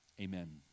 Amen